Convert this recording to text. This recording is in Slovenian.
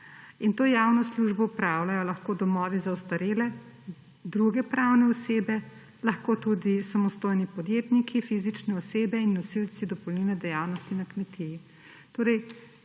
in to javno službo opravljajo lahko domovi za ostarele, druge pravne osebe, lahko tudi samostojni podjetniki, fizične osebe in nosilci dopolnilne dejavnosti na kmetiji.